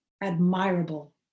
admirable